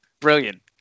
brilliant